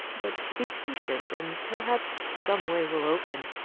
but be patient, and perhaps some way will open.